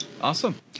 Awesome